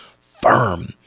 firm